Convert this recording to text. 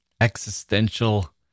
existential